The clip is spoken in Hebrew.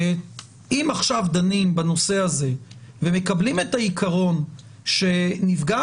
אם עכשיו דנים בנושא הזה ומקבלים את העיקרון שנפגעת